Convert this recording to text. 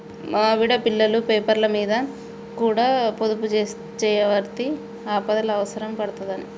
మా ఆవిడ, పిల్లల పేర్లమీద కూడ పొదుపుజేయవడ్తి, ఆపదల అవుసరం పడ్తదని